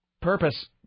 purpose